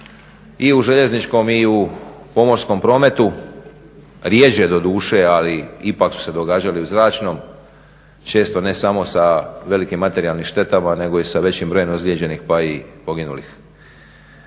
i u željezničkom i u pomorskom prometu, rjeđe doduše ali ipak su se događale i u zračnom. Često ne samo sa velikim materijalnim štetama nego i sa većim brojem ozlijeđenih pa i poginulih.